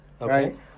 Right